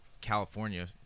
California